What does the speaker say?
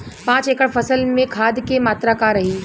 पाँच एकड़ फसल में खाद के मात्रा का रही?